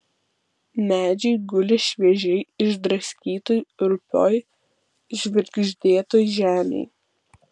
medžiai guli šviežiai išdraskytoj rupioj žvirgždėtoj žemėj